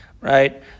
right